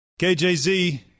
KJZ